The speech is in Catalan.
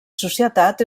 societat